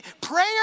Prayer